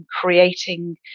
creating